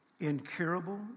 incurable